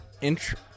intro